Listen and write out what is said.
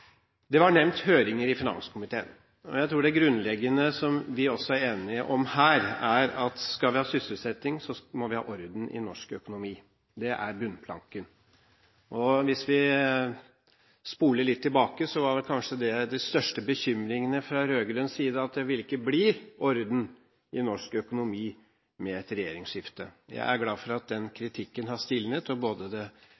Det var nevnt høringer i finanskomiteen. Jeg tror det grunnleggende, som vi også er enige om her, er at skal vi ha sysselsetting, må vi ha orden i norsk økonomi. Det er bunnplanken. Hvis vi spoler litt tilbake, var vel kanskje de største bekymringene fra rød-grønn side at det ikke ville bli orden i norsk økonomi med et regjeringsskifte. Jeg er glad for at den